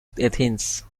athens